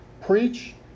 preach